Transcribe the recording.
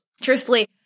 truthfully